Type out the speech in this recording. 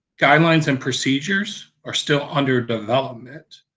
guidelines and procedures are still under development